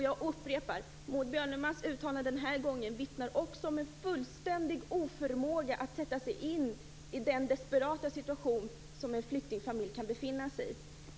Jag upprepar: Maud Björnemalms uttalanden den här gången vittnar också om en fullständigt oförmåga att sätta sig in i den desperata situation som en flyktingfamilj kan befinna sig i.